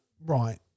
right